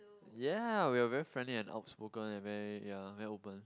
ya we were very friendly and outspoken and very ya very open